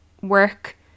work